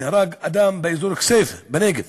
נהרג אדם באזור כסייפה בנגב.